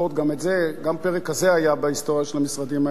גם פרק כזה היה בהיסטוריה של המשרדים האלה,